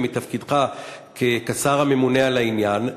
ומתפקידך כשר הממונה על העניין,